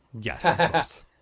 Yes